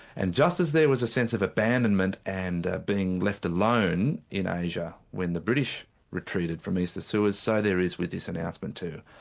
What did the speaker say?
and just as there was a sense of abandonment and being left alone in asia when the british retreated from east of suez, so there is with this announcement too.